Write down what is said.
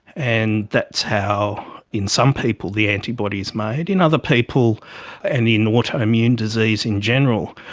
and that's how in some people the antibody is made. in other people and in autoimmune disease in general,